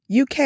UK